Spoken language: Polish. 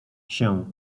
się